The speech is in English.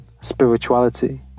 spirituality